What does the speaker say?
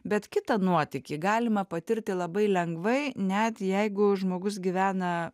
bet kitą nuotykį galima patirti labai lengvai net jeigu žmogus gyvena